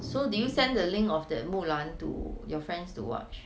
so did you send the link of that 木兰 to your friends to watch